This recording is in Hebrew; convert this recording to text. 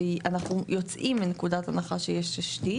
אנחנו יוצאים מנקודת הנחה שיש תשתית.